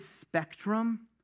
spectrum